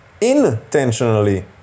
intentionally